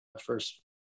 first